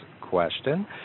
question